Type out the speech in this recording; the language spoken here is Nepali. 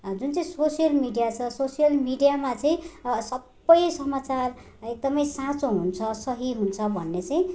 जुन चाहिँ सोसियल मिडिया छ सोसियल मिडियामा चाहिँ सबै समाचार एकदमै साँचो हुन्छ सही हुन्छ भन्ने चाहिँ